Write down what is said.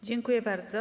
Dziękuję bardzo.